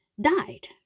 died